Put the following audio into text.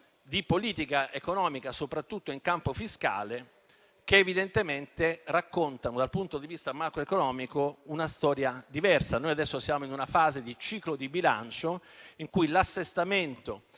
di politica economica, soprattutto in campo fiscale, che evidentemente raccontano, dal punto di vista macroeconomico una storia diversa. Noi adesso siamo in una fase del ciclo del bilancio in cui discutiamo